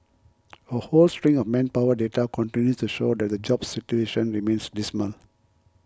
a whole string of manpower data continues to show that the jobs situation remains dismal